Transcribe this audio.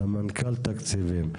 סמנכ"ל תקציבים.